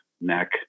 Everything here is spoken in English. neck